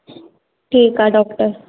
ठीकु आहे डॉक्टर